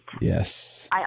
Yes